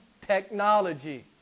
technology